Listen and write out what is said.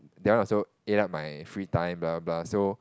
that one also ate up my free time blah blah blah so